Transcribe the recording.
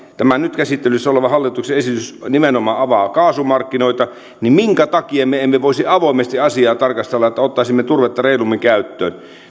tämä nyt käsittelyssä oleva hallituksen esitys nimenomaan avaa kaasumarkkinoita niin mikä takia me emme voisi avoimesti asiaa tarkastella että ottaisimme turvetta reilummin käyttöön